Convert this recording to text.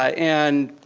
and